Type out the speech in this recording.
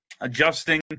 adjusting